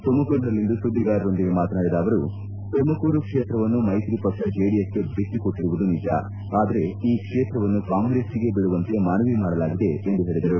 ತುಮಕೂರಿನಲ್ಲಿಂದು ಸುದ್ದಿಗಾರರೊಂದಿಗೆ ಮಾತನಾಡಿದ ಅವರು ತುಮಕೂರು ಕ್ಷೇತ್ರವನ್ನು ಮೈತ್ರಿ ಪಕ್ಷ ಜೆಡಿಎಸ್ಗೆ ಬಿಟ್ಟುಕೊಟ್ಟರುವುದು ನಿಜ ಆದರೆ ಈ ಕ್ಷೇತ್ರವನ್ನು ಕಾಂಗ್ರೆಸ್ಲಿಗೇ ಬಿಡುವಂತೆ ಮನವಿ ಮಾಡಲಾಗಿದೆ ಎಂದು ಹೇಳಿದರು